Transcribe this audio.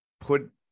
put